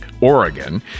Oregon